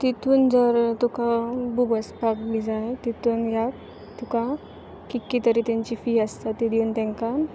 तितून जर तुका बूक वाचपाक बी जाय तितून ह्या तुका कितकी तरी तेंची फी आसता ती दिवन तेंकां